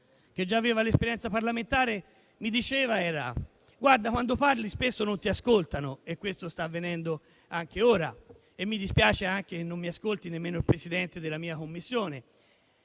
collega con esperienza parlamentare era che quando si parla spesso non si viene ascoltati. Questo sta avvenendo anche ora e mi dispiace anche che non mi ascolti nemmeno il Presidente della 9a Commissione,